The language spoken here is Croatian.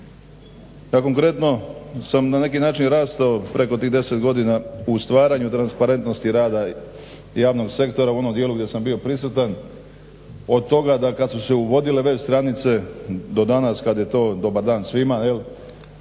na konkretno sam na neki način rastao preko tih deset godina u stvaranju transparentnosti rada javnog sektora u onom djelu gdje sam bio prisutan od toga da kad su se uvodile web stranice do danas kad je to dobar dan svima,